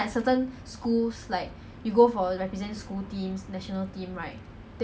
very very limited sports